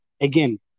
again